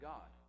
God